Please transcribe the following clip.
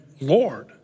Lord